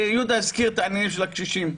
יהודה הזכיר את העניינים של הקשישים.